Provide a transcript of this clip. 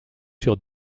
sur